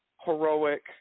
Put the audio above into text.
heroic